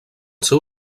seu